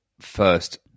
first